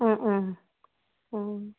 অঁ অঁ অঁ